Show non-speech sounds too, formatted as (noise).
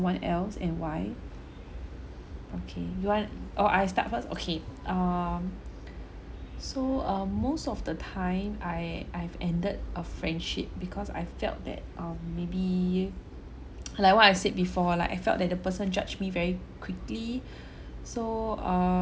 ~one else and why okay you want or I start first okay um so um most of the time I I've ended a friendship because I felt that um maybe like what I said before like I felt that the person judge me very quickly (breath) so err